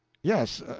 yes,